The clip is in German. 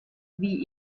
wie